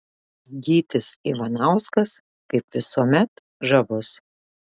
gytis ivanauskas kaip visuomet žavus